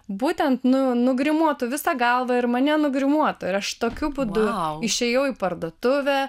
būtent nu nugrimuotų visą galvą ir mane nugrimuotų ir aš tokiu būdu išėjau į parduotuvę